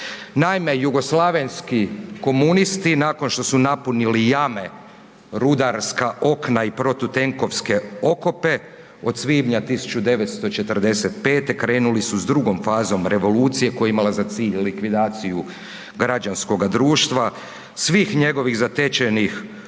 Naime, jugoslavenski komunisti nakon štos u napunili jame, rudarska okna i protutenkovske okope od svibnja 1945. krenuli su s drugom fazom revolucije koja je imala za cilj likvidaciju građanskoga društva, svih njegovih zatečenih ustanova,